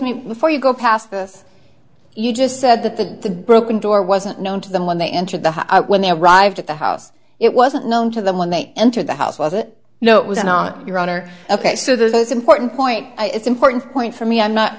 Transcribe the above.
me before you go past this you just said that the broken door wasn't known to them when they entered the house when they arrived at the house it wasn't known to them when they entered the house was it no it was an on your honor ok so those important point it's important point for me i'm not